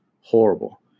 Horrible